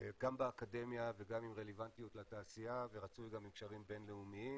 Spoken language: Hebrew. גם באקדמיה וגם עם רלוונטיות לתעשייה ורצוי גם עם קשרים בינלאומיים,